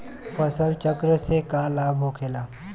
फसल चक्र से का लाभ होखेला?